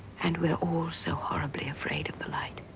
and we're all so horribly afraid of the light.